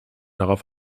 darauf